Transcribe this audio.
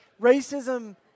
racism